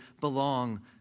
belong